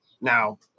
Now